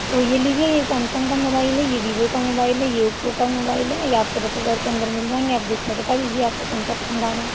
तो यह लीजिये यह सैमसंग का मोबाइल है यह वीवो का मोबाइल है यह ओप्पो का मोबाइल है यह आपको दस हज़ार के अंदर मिल जाएंगे आप देख कर बता दीजिए आपको कौन सा पसंद आ रहा है